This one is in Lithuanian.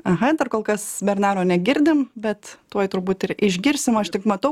aha dar kol kas bernaro negirdim bet tuoj turbūt ir išgirsim aš tik matau